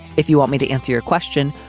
if you want me to answer your question,